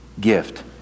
gift